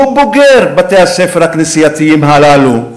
הוא בוגר בתי-הספר הכנסייתיים הללו,